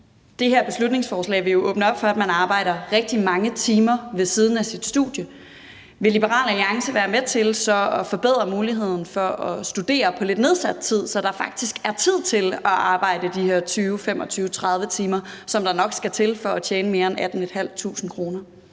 det her beslutningsforslag vil jo åbne op for, at man arbejder rigtig mange timer ved siden af sit studie. Vil Liberal Alliance være med til så at forbedre muligheden for at studere på lidt nedsat tid, så der faktisk er tid til at arbejde de her 20, 25, 30 timer, som der nok skal til for at tjene mere end 18.500 kr.?